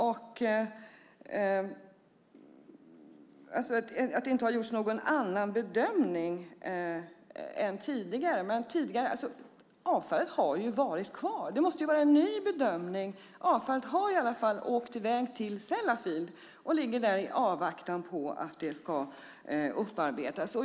Det har inte gjorts någon annan bedömning än tidigare, men avfallet har ju varit kvar. Det måste vara en ny bedömning. Avfallet har i alla fall åkt i väg till Sellafield och ligger där i avvaktan på att det ska upparbetas.